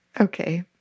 okay